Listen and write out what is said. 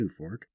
Newfork